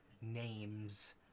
names